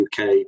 UK